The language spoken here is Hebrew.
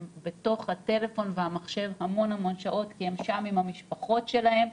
הם בתוך הטלפון והמחשב המון-המון שעות כי הם שם עם המשפחות שלהם.